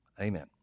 Amen